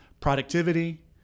productivity